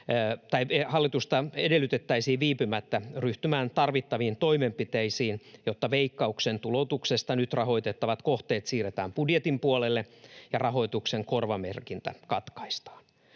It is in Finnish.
hallitusta edellytettäisiin viipymättä ryhtymään tarvittaviin toimenpiteisiin, jotta Veikkauksen tuloutuksesta nyt rahoitettavat kohteet siirretään budjetin puolelle ja rahoituksen korvamerkintä katkaistaan.